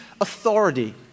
authority